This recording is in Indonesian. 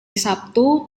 sabtu